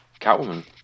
Catwoman